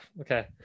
okay